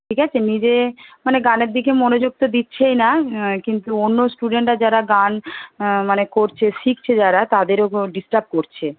ঠিক আছে নিজে মানে গানের দিকে মনোযোগ তো দিচ্ছেই না কিন্তু অন্য স্টুডেন্টরা যারা গান মানে করছে শিখছে যারা তাদের ওপর ডিসটার্ব করছে